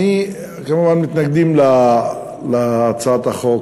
אנחנו כמובן מתנגדים להצעת החוק,